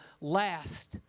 last